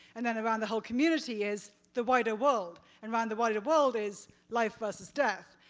and then around the whole community is the wider world and around the wider world is life versus death.